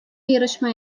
yarışma